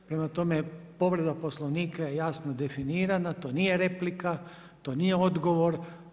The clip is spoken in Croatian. Prema tome, povreda poslovnika je jasno definirana, to nije replika, to nije odgovor.